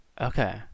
okay